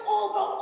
over